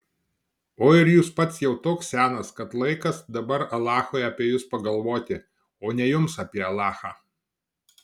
o ir jūs pats jau toks senas kad laikas dabar alachui apie jus pagalvoti o ne jums apie alachą